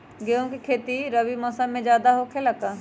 गेंहू के खेती रबी मौसम में ज्यादा होखेला का?